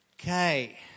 Okay